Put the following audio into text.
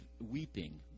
weeping